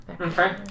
Okay